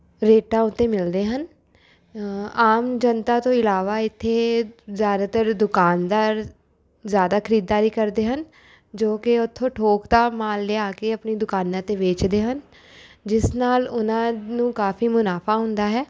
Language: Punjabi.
ਰੇਟਾਂ ਉੱਤੇ ਮਿਲਦੇ ਹਨ ਆਮ ਜਨਤਾ ਤੋਂ ਇਲਾਵਾ ਇੱਥੇ ਜ਼ਿਆਦਾਤਰ ਦੁਕਾਨਦਾਰ ਜ਼ਿਆਦਾ ਖਰੀਦਦਾਰੀ ਕਰਦੇ ਹਨ ਜੋ ਕਿ ਉੱਥੋ ਥੋਕ ਦਾ ਮਾਲ ਲਿਆ ਕੇ ਆਪਣੀ ਦੁਕਾਨਾਂ 'ਤੇ ਵੇਚਦੇ ਹਨ ਜਿਸ ਨਾਲ ਉਹਨਾਂ ਨੂੰ ਕਾਫ਼ੀ ਮੁਨਾਫਾ ਹੁੰਦਾ ਹੈ